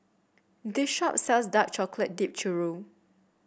this shop sells Dark Chocolate Dipped Churro